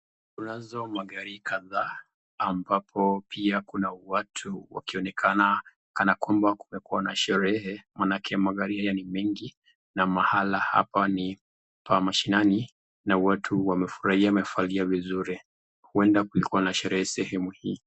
Kunazo magari kadhaa ambapo pia kuna watu wakionekana kana kwamba kumekuwa na sherehe maanake magari haya ni mengi na mahala hapa ni pa mashinani na watu wamefurahia wamevalia vizuri. Huenda kulikuwa na sherehe sehemu hii.